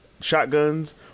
Shotguns